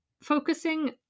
focusing